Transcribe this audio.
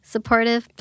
Supportive